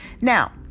Now